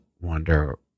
wonder